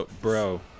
Bro